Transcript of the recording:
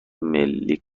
ملی